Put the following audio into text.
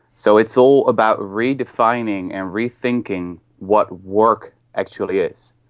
so it's all about redefining and rethinking what work actually is.